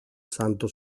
santo